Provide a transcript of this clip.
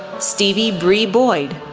stevee bree boyd,